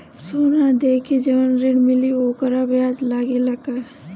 सोना देके जवन ऋण मिली वोकर ब्याज लगेला का?